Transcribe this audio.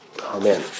Amen